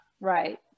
Right